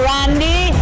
Randy